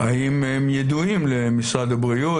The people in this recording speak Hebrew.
האם הם ידועים למשרד הבריאות?